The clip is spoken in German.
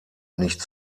nicht